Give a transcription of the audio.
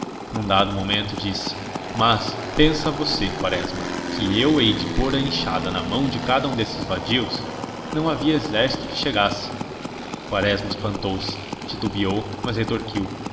num dado momento disse mas pensa você quaresma que eu hei de pôr a enxada na mão de cada um desses vadios não havia exército que chegasse quaresma espantou-se titubeou mas retorquiu